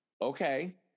Okay